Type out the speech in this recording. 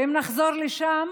ואם נחזור לשם